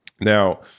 Now